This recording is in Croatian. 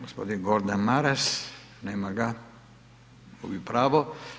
Gospodin Gordan Maras, nema ga, gubi pravo.